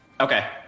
Okay